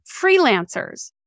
freelancers